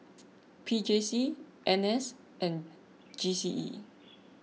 P J C N S and G C E